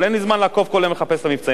אבל אין לי זמן לעקוב כל יום ולחפש את המבצעים,